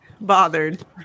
bothered